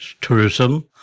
tourism